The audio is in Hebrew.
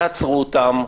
יעצרו אותם,